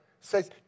says